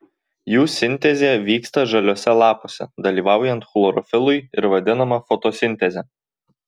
jų sintezė vyksta žaliuose lapuose dalyvaujant chlorofilui ir vadinama fotosinteze